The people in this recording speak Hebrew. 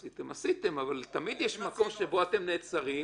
עשיתם, אבל תמיד יש מקום שבו אתם נעצרים.